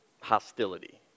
hostility